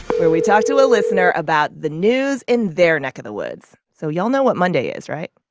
where we talk to a listener about the news in their neck of the woods. so y'all know what monday is, right?